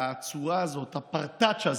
הצורה הזאת, הפרטאץ' הזה,